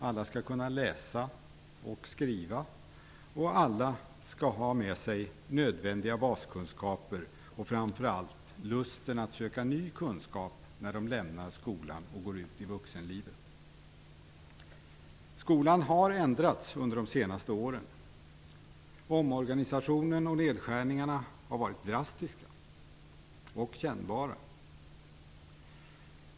Alla skall kunna läsa och skriva, och alla skall ha med sig nödvändiga baskunskaper och framför allt lusten att söka ny kunskap när de lämnar skolan och går ut i vuxenlivet. Skolan har ändrats under de senaste åren. Omorganisationen och nedskärningarna har varit drastiska och kännbara.